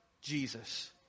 Jesus